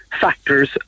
Factors